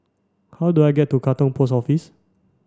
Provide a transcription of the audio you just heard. how do I get to Katong Post Office